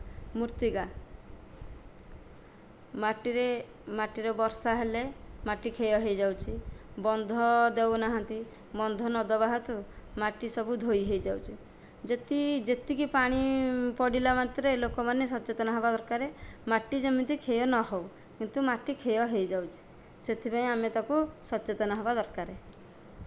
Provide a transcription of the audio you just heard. ମୃତ୍ତିକା ମାଟିରେ ମାଟିରେ ବର୍ଷା ହେଲେ ମାଟି କ୍ଷୟ ହୋଇଯାଉଛି ବନ୍ଧ ଦେଉ ନାହାନ୍ତି ବନ୍ଧ ନ ଦେବା ହେତୁ ମାଟି ସବୁ ଧୋଇ ହୋଇଯାଉଛି ଯେତି ଯେତିକି ପାଣି ପଡ଼ିଲା ମାତ୍ରେ ଲୋକ ମାନେ ସଚେତନ ହେବା ଦରକାର ମାଟି ଯେମିତି କ୍ଷୟ ନ ହେଉ କିନ୍ତୁ ମାଟିକ୍ଷୟ ହୋଇଯାଉଛି ସେଥିପାଇଁ ଆମେ ତାକୁ ସଚେତନ ହେବା ଦରକାର